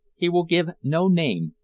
he will give no name,